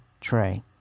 tray